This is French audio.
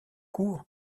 court